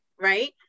right